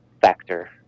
factor